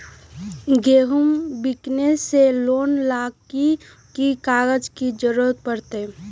गैर बैंकिंग से लोन ला की की कागज के जरूरत पड़तै?